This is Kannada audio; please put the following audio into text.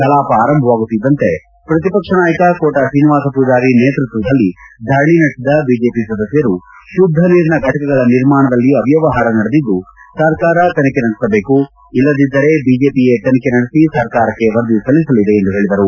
ಕಲಾಪ ಆರಂಭವಾಗುತ್ತಿದ್ದಂತೆ ಪ್ರತಿಪಕ್ಷ ನಾಯಕ ಕೋಟಾ ಶ್ರೀನಿವಾಸ ಪೂಜಾರಿ ನೇತೃತ್ವದಲ್ಲಿ ಧರಣಿ ನಡೆಸಿದ ಬಿಜೆಪಿ ಸದಸ್ಯರುಶುದ್ಧ ನೀರಿನ ಘಟಕಗಳ ನಿರ್ಮಾಣದಲ್ಲಿ ಅವ್ಯವಹಾರ ನಡೆದಿದ್ದುಸರ್ಕಾರ ತನಿಖೆ ನಡೆಸಬೇಕು ಇಲ್ಲದಿದ್ದರೆ ಬಿಜೆಪಿಯೇ ತನಿಖೆ ನಡೆಸಿ ಸರ್ಕಾರಕ್ಷೆ ವರದಿ ಸಲ್ಲಿಸಲಿದೆ ಎಂದು ಹೇಳಿದರು